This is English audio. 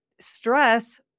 stress